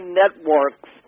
networks